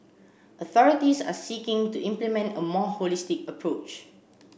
authorities are seeking to implement a more holistic approach